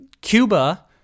Cuba